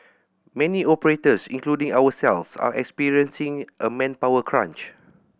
many operators including ourselves are experiencing a manpower crunch